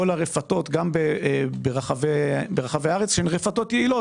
הרפתות ברחבי הארץ שהן רפתות יעילות.